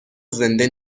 زنده